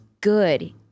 good